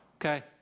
Okay